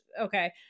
okay